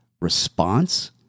response